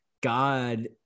God